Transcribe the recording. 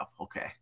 okay